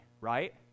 right